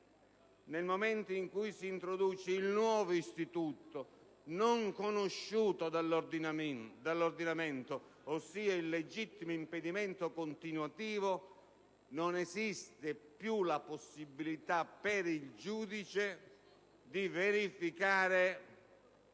nel momento in cui si introduce il nuovo istituto, non conosciuto dall'ordinamento, ossia il legittimo impedimento continuativo, non esiste più la possibilità per il giudice di verificare